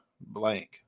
blank